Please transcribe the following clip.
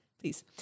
Please